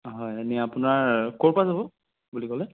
হয় এনে আপোনাৰ ক'ৰপৰা যাব বুলি ক'লে